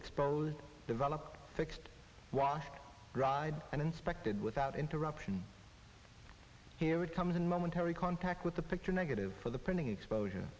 exposed developed fixed washed dried and inspected without interruption here it comes in momentary contact with the picture negative for the printing exposure